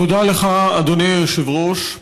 תודה לך, אדוני היושב-ראש.